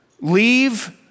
leave